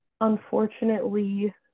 Unfortunately